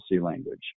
language